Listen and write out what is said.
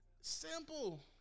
Simple